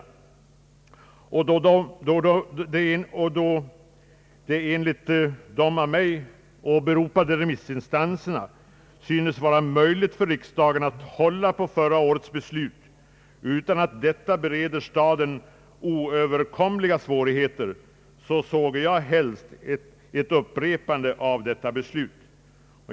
Då det enligt de av mig åberopade remissinstanserna synes vara möjligt för riksdagen att hålla på förra årets beslut utan att detta bereder staden oöverkomliga svårigheter, såge jag helst ett upprepande av detta beslut.